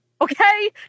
okay